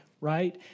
Right